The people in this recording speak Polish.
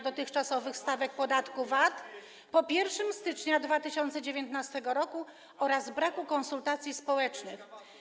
dotychczasowych stawek podatku VAT po 1 stycznia 2019 r. oraz braku konsultacji społecznych.